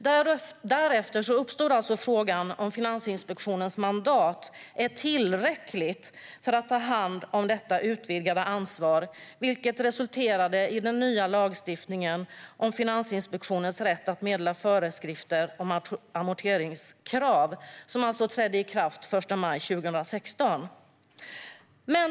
Därefter uppstod frågan om Finansinspektionens mandat är tillräckligt för att ta hand om detta utvidgade ansvar, vilket resulterade i den nya lagstiftningen om Finansinspektionens rätt att meddela föreskrifter om amorteringskrav. Den trädde ikraft i maj 2016.